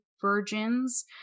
virgins